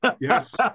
Yes